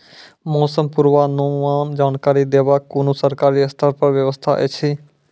मौसम पूर्वानुमान जानकरी देवाक कुनू सरकारी स्तर पर व्यवस्था ऐछि?